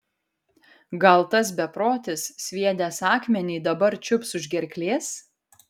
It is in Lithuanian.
gal tas beprotis sviedęs akmenį dabar čiups už gerklės